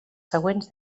següents